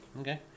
Okay